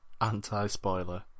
anti-spoiler